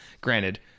Granted